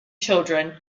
children